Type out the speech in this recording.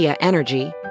Energy